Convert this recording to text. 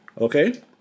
okay